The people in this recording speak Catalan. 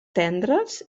tendres